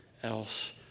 else